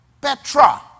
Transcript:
Petra